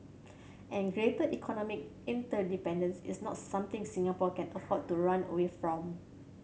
and greater economic interdependence is not something Singapore can afford to run away from